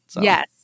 Yes